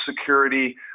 security